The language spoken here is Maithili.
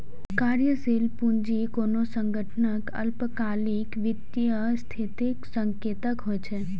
कार्यशील पूंजी कोनो संगठनक अल्पकालिक वित्तीय स्थितिक संकेतक होइ छै